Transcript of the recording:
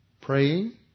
praying